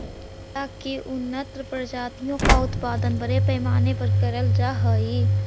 केला की उन्नत प्रजातियों का उत्पादन बड़े पैमाने पर करल जा हई